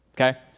okay